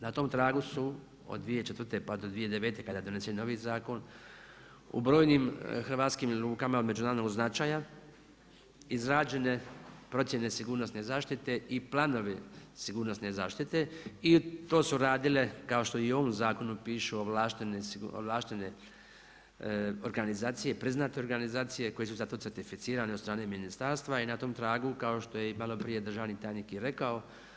Na tom tragu su od 2004. pa do 2009. kada je donesen novi zakon, u brojim hrvatskim lukama od međunarodnog značaja izrađene procjene sigurnosne zaštite i planovi sigurnosne zaštite i to su radile kao što i u ovom zakonu piše ovlaštene organizacije, priznate organizacije koje su zato certificirani od strane ministarstva kao što je i maloprije državni tajnik i rekao.